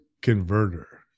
converter